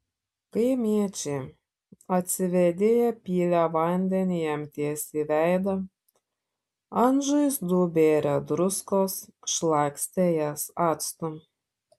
kaimiečiai atsivėdėję pylė vandenį jam tiesiai į veidą ant žaizdų bėrė druskos šlakstė jas actu